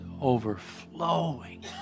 overflowing